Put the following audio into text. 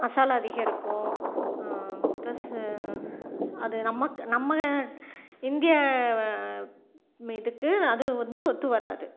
மசாலா அதிகம் இருக்கும் ப்ளஸ் அது நமக்கு நம்ம இந்திய இதுக்கு அது வந்து ஒத்து வராது